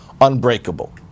unbreakable